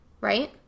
right